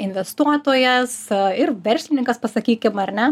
investuotojas ir verslininkas pasakykim ar ne